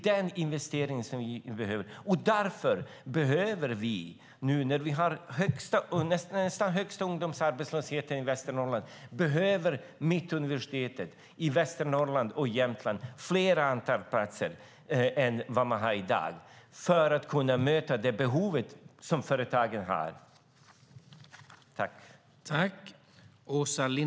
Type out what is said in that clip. Därför behöver man, nu när Västernorrland har den nästan högsta ungdomsarbetslösheten, på Mittuniversitet i Västernorrland och Jämtland ett större antal platser än vad man har i dag för att kunna möta företagens behov.